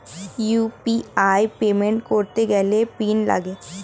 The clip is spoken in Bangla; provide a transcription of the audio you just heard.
ইউ.পি.আই পেমেন্ট করতে গেলে পিন লাগে